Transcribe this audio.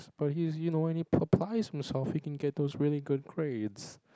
but he's you know when he himself he can get those really good grades